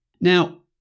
Now